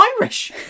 Irish